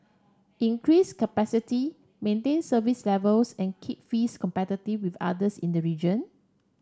increase capacity maintain service levels and keep fees competitive with others in the region